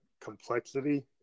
complexity